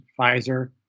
Pfizer